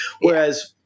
whereas